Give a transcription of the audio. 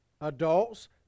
Adults